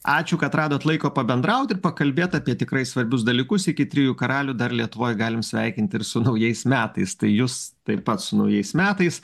ačiū kad radot laiko pabendraut ir pakalbėt apie tikrai svarbius dalykus iki trijų karalių dar lietuvoj galim sveikint ir su naujais metais tai jus taip pat su naujais metais